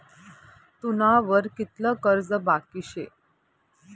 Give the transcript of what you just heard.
तुना वर कितलं कर्ज बाकी शे